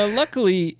luckily